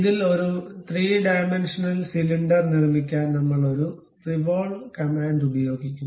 ഇതിൽ ഒരു 3 dimensional cylinder നിർമ്മിക്കാൻ നമ്മൾ ഒരു റിവോൾവ് കമാൻഡ് ഉപയോഗിക്കുന്നു